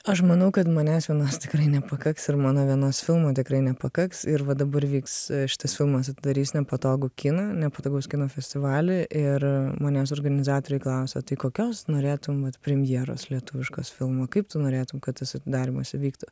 aš manau kad manęs vienos tikrai nepakaks ir mano vienos filmo tikrai nepakaks ir va dabar vyks šitas filmas atidarys nepatogų kiną nepatogaus kino festivalį ir manęs organizatoriai klausia tai kokios norėtum vat premjeros lietuviškos filmų kaip tu norėtum kad tas atidarymas įvyktų